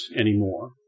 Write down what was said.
anymore